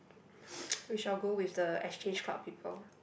we shall go with the exchange club people